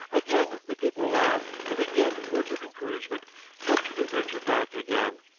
again the people laugh, and again words of encouragement tempt her to venture back again.